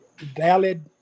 valid